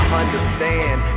understand